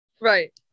Right